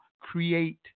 create